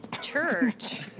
church